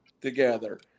together